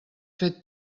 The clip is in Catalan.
fet